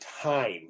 time